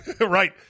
Right